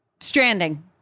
Stranding